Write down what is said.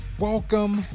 Welcome